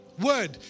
word